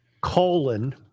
Colon